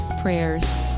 prayers